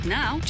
now